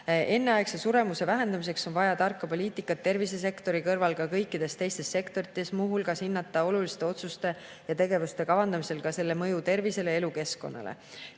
Enneaegse suremuse vähendamiseks on vaja tarka poliitikat tervisesektori kõrval ka kõikides teistes sektorites, muu hulgas [tuleb] hinnata oluliste otsuste ja tegevuste kavandamisel ka nende mõju tervisele ja elukeskkonnale.